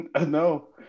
No